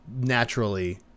naturally